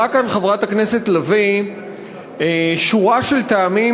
אמרה כאן חברת הכנסת לביא שורה של טעמים